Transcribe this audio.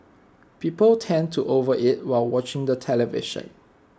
people tend to overeat while watching the television